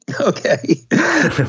Okay